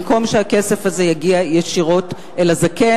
במקום שהכסף הזה יגיע ישירות אל הזקן